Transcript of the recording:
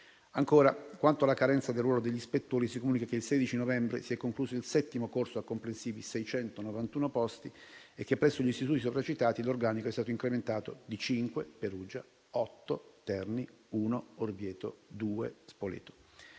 (-19). Quanto alla carenza del ruolo degli ispettori, si comunica che il 16 novembre si è concluso il settimo corso per comprensivi 691 posti e che presso gli istituti sopracitati l'organico è stato incrementato di 5 unità a Perugia, 8 a Terni, 1 a Orvieto, 2 a Spoleto.